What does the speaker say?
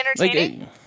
entertaining